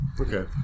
Okay